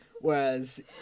whereas